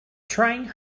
trying